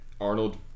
Arnold